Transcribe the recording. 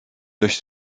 dość